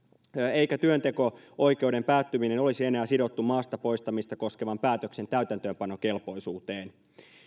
eikä työnteko oikeuden päättyminen olisi enää sidottu maasta poistamista koskevan päätöksen täytäntöönpanokelpoisuuteen